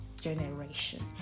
generation